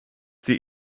sie